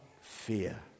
fear